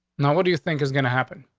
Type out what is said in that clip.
no. what do you think is gonna happen